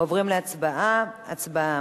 עוברים להצבעה, הצבעה.